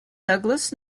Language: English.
douglas